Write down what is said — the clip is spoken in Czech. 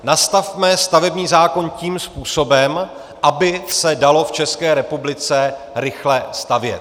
Nastavme stavební zákon tím způsobem, aby se dalo v České republice rychle stavět.